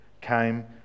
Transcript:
came